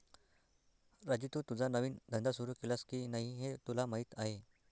राजू, तू तुझा नवीन धंदा सुरू केलास की नाही हे तुला माहीत आहे